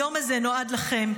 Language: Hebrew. היום הזה נועד לכם,